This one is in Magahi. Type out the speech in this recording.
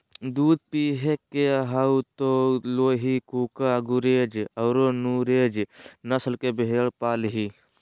दूध पिये के हाउ त लोही, कूका, गुरेज औरो नुरेज नस्ल के भेड़ पालीहीं